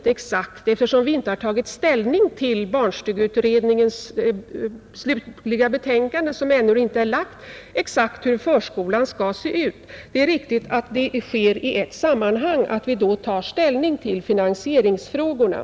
Eftersom vi inte tagit ställning till barnstugeutredningens slutliga betänkande — det föreligger ju annu inte — vet vi inte exakt hur förskolan kommer att se ut. Det är därför riktigt att vi i sammanhang med beslutet om förskolan också tar ställning till finansieringsfrågorna.